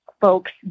folks